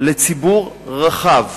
לציבור רחב